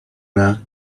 now